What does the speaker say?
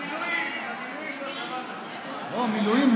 לא, מילואים.